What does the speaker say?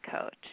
coach